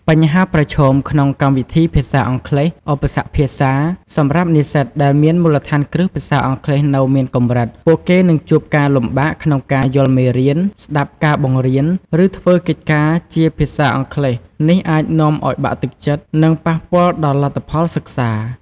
បញ្ហាប្រឈមក្នុងកម្មវិធីភាសាអង់គ្លេស ឧបសគ្គភាសា សម្រាប់និស្សិតដែលមានមូលដ្ឋានគ្រឹះភាសាអង់គ្លេសនៅមានកម្រិត ពួកគេនឹងជួបការលំបាកក្នុងការយល់មេរៀន ស្តាប់ការបង្រៀន ឬធ្វើកិច្ចការជាភាសាអង់គ្លេស នេះអាចនាំឱ្យបាក់ទឹកចិត្ត និងប៉ះពាល់ដល់លទ្ធផលសិក្សា។